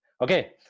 Okay